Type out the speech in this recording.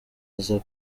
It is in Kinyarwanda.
aza